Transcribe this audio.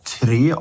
tre